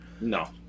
No